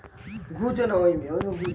जायद मौसम में कउन फसल बोअल ठीक रहेला?